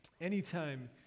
anytime